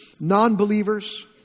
non-believers